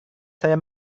saya